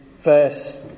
verse